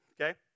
okay